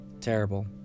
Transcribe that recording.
Terrible